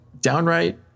downright